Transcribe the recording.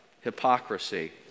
hypocrisy